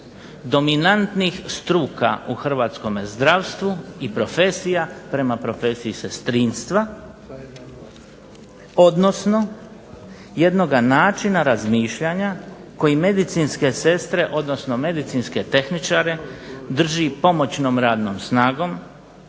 dominantnih struka u hrvatskome zdravstvu i profesija prema profesiji sestrinstva, odnosno jednoga načina razmišljanja koji medicinske sestre odnosno medicinske tehničare drži pomoćnom radnom snagom,